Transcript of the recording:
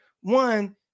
One